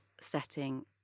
setting